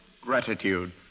Gratitude